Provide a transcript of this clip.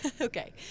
okay